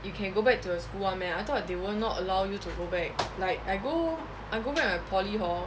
you can go back to the school [one] meh I thought they will not allow you to go back like I go I go back my poly hor